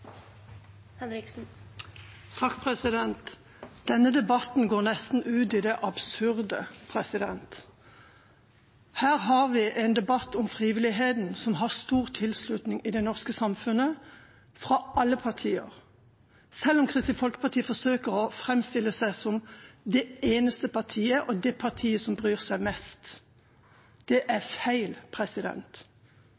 Denne debatten går nesten over i det absurde. Her har vi en debatt om frivilligheten, som har stor tilslutning i det norske samfunnet og fra alle partier – selv om Kristelig Folkeparti forsøker å framstille seg som det eneste partiet og det partiet som bryr seg mest. Det er